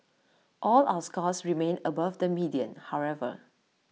all our scores remain above the median however